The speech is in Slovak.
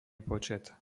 počet